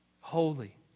holy